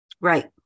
Right